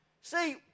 See